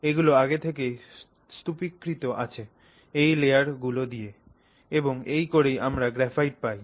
এগুলো আগে থেকেই স্তুপীকৃত আছে এই লেয়ার গুলো দিয়ে এবং এই করেই আমরা গ্রাফাইট পাই